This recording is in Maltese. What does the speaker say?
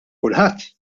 kulħadd